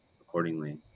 accordingly